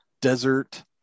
desert